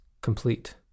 complete